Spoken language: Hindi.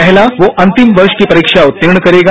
पहला वो वह अंतिम वर्ष की परीक्षा उत्तीर्ण करेगा